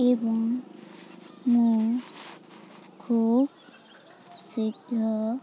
ଏବଂ ମୁଁ ଖୁବ୍ ଶୀଘ୍ର